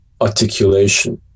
articulation